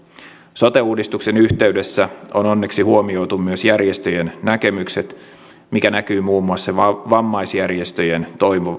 sote uudistuksen yhteydessä on onneksi huomioitu myös järjestöjen näkemykset mikä näkyy muun muassa vammaisjärjestöjen